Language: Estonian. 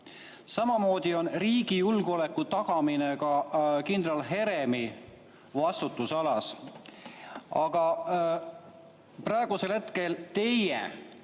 Samamoodi on riigi julgeoleku tagamine kindral Heremi vastutusalas. Aga praegusel hetkel teie